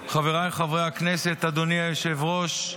חבריי חברי הכנסת, אדוני היושב-ראש,